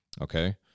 Okay